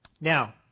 Now